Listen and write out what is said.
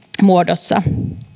muodossa